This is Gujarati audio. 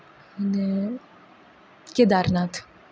અને કેદારનાથ